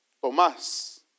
Tomás